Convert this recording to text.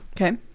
Okay